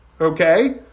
Okay